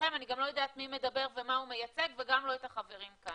אני גם לא יודע מי מדבר ומה הוא מייצג וגם לא את החברים כאן.